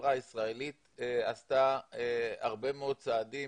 החברה הישראלית עשתה הרבה מאוד צעדים